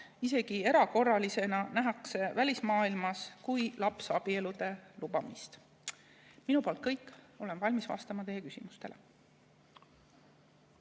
isegi erakorralisena, nähakse välismaailmas kui lapsabielude lubamist. Minu poolt kõik. Olen valmis vastama teie küsimustele.